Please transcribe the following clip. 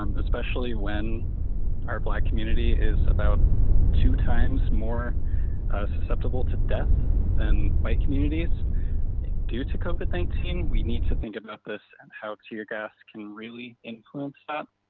um especially when our black community is about two times more susceptible to death than what like communities due to covid nineteen. we need to think about this and how teargas can really include that